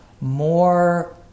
more